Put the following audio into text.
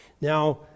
Now